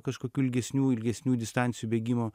kažkokių ilgesnių ilgesnių distancijų bėgimo